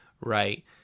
right